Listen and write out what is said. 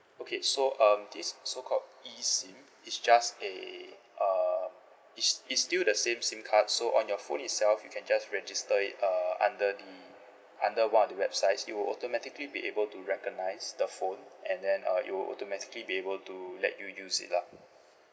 okay so um this so called eSIM is just a uh it's it's still the same SIM card so on your phone itself you can just register it uh under the under one of the websites it will automatically be able to recognise the phone and then uh it will automatically be able to let you use it lah